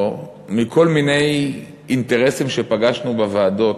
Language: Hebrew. או מכל מיני אינטרסים שפגשנו בוועדות,